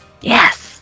Yes